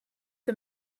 the